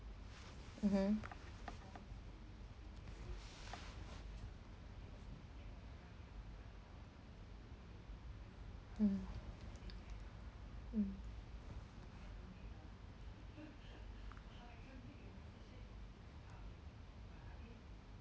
mmhmm mm mm